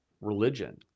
religion